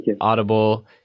Audible